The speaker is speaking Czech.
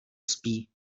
spí